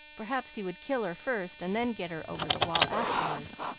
perhaps he would kill her first and then get her over the wall afterwards.